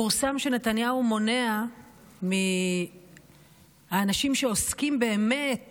פורסם שנתניהו מונע מהאנשים שעוסקים באמת